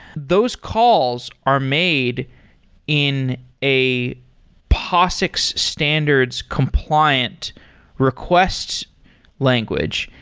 those calls are made in a posix standards compliant requests language.